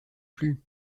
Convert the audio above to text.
plus